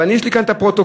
ויש לי כאן הפרוטוקול,